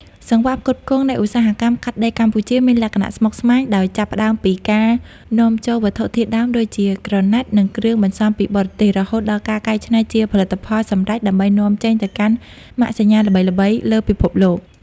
សង្វាក់ផ្គត់ផ្គង់នៃឧស្សាហកម្មកាត់ដេរកម្ពុជាមានលក្ខណៈស្មុគស្មាញ ដោយចាប់ផ្ដើមពីការនាំចូលវត្ថុធាតុដើមដូចជាក្រណាត់ និងគ្រឿងបន្សំពីបរទេស រហូតដល់ការកែច្នៃជាផលិតផលសម្រេចដើម្បីនាំចេញទៅកាន់ម៉ាកសញ្ញាល្បីៗលើពិភពលោក។